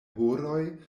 horoj